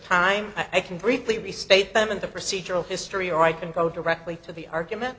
time i can briefly restate them in the procedural history or i can go directly to the argument